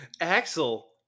Axel